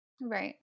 Right